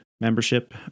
membership